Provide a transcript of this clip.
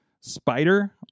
Spider